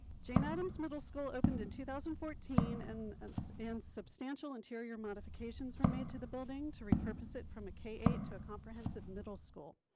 jane adams middle school opened in two thousand and fourteen. and it's an substantial interior modifications were made to the building to repurpose it from a k eight to a comprehensive middle school.